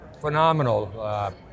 phenomenal